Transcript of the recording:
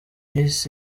miss